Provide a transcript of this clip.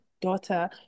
daughter